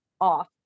off